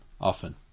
often